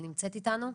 נמצאת איתנו?